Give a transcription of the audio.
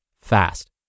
fast